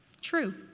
True